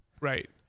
right